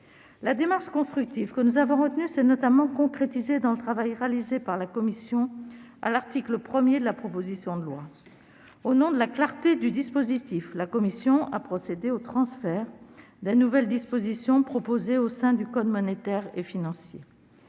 La démarche constructive que nous avons retenue s'est notamment concrétisée dans le travail réalisé par la commission sur l'article 1 de la proposition de loi. Au nom de la clarté du dispositif, la commission a procédé au transfert au sein du code monétaire et financier